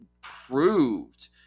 proved